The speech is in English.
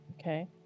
Okay